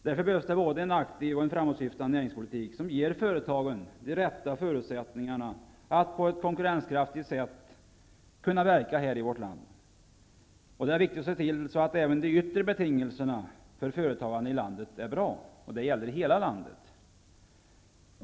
Därför behövs det en både aktiv och framåtsyftande näringspolitik, som ger företagen de rätta förutsättningarna för att de skall kunna verka på ett konkurrenskraftigt sätt i vårt land. Det är viktigt att se till att även de yttre betingelserna för företagande är bra; det gäller hela landet.